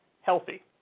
healthy